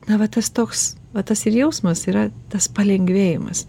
na va tas toks va tas ir jausmas yra tas palengvėjimas